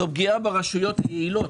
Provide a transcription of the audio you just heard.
זו פגיעה ברשויות יעילות.